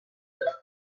field